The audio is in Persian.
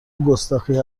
گستاخی